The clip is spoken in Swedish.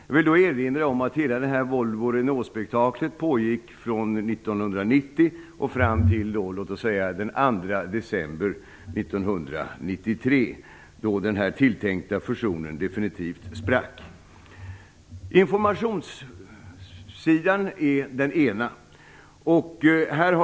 Jag vill påminna om att hela det här Volvo-Renault-spektaklet pågick från 1990 fram till, låt oss säga, den 2 december 1993 då den tilltänkta fusionen definitivt sprack. Informationssidan är alltså den ena.